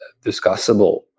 discussable